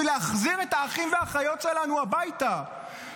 להחזיר את האחים והאחיות שלנו הביתה.